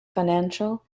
financial